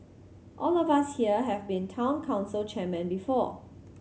all of us here have been Town Council chairmen before